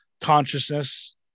consciousness